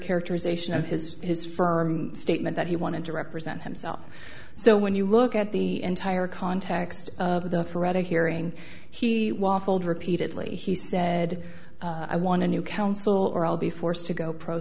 characterization of his his firm statement that he wanted to represent himself so when you look at the entire context of the thread of hearing he waffled repeatedly he said i want to new counsel or i'll be forced to go pro